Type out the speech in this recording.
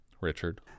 Richard